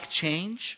change